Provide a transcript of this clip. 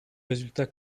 résultats